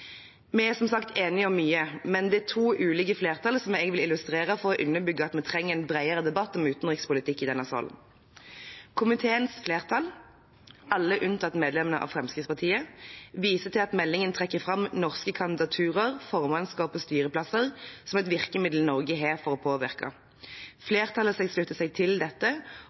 Vi er som sagt enige om mye, men det er to ulike flertall jeg vil bruke for å underbygge at vi trenger en bredere debatt om utenrikspolitikk i denne salen. Komiteens flertall, alle unntatt medlemmene fra Fremskrittspartiet, viser til at meldingen trekker fram norske kandidaturer, formannskap og styreplasser som et virkemiddel Norge har for å påvirke. Flertallet slutter seg til dette